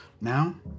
Now